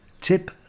Tip